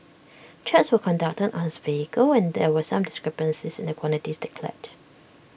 checks were conducted on his vehicle and there were some discrepancies in the quantities declared